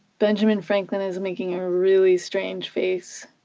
benjamin franklin is making a really strange face.